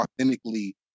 authentically